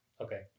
okay